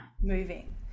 moving